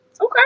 Okay